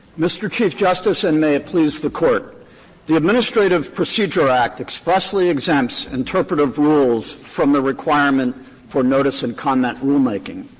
mr. chief justice, and may it please the court the administrative procedure act expressly exempts interpretative rules from the requirement for notice-and-comment rulemaking,